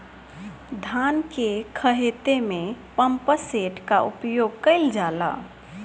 धान के ख़हेते में पम्पसेट का उपयोग कइल जाला?